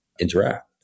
interact